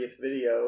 video